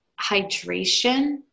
hydration